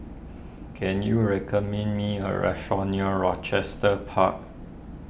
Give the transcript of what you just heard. can you recommend me a restaurant near Rochester Park